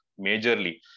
majorly